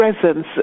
presence